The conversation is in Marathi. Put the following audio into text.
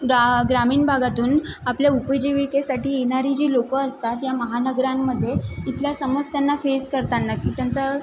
गा ग्रामीण भागातून आपल्या उपजीविकेसाठी येणारी जी लोकं असतात या महानगरांमध्ये इथल्या समस्यांना फेस करताना की त्यांचा